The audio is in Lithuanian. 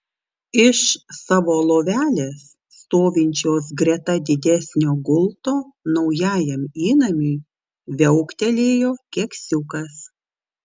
iš savo lovelės stovinčios greta didesnio gulto naujajam įnamiui viauktelėjo keksiukas